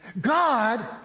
God